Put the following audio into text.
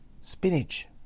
Spinach